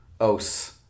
O's